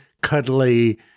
cuddly